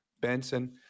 Benson